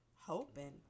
hoping